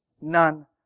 none